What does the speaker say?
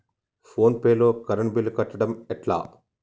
Phone pay లో current bill కట్టడం ఎట్లా?